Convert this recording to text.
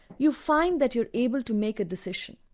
you find that you're able to make a decision,